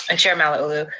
and chair malauulu,